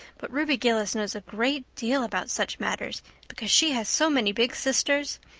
but ruby gillis knows a great deal about such matters because she has so many big sisters,